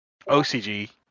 OCG